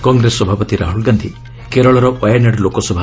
କଂଗ୍ରେସ ସଭାପତି ରାହୁଲ ଗାନ୍ଧି କେରଳର ଓ୍ୱାୟାନାଡ୍ ଲୋକସଭା